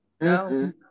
No